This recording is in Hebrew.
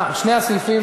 שני הסעיפים,